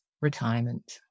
retirement